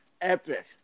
epic